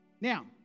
now